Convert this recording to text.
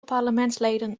parlementsleden